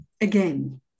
again